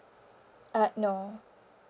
uh no